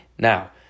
Now